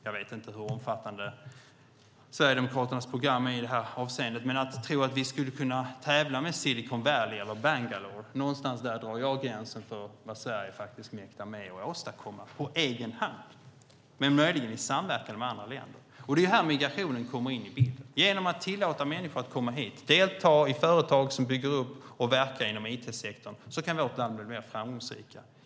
Jag vet inte hur omfattande Sverigedemokraternas program är i det här avseendet. Men att tro att vi skulle kunna tävla med Silicon Valley eller Bangalore, någonstans där drar jag gränsen för vad Sverige faktiskt mäktar med att åstadkomma på egen hand, fast vi möjligen skulle kunna samverka med andra länder. Det är här migrationen kommer in i bilden. Genom att tillåta människor att komma hit och delta i företag som bygger upp och verkar inom it-sektorn kan vårt land bli mer framgångsrikt.